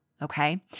Okay